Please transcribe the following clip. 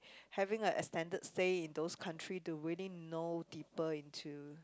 having a extended stay in those country to really know deeper into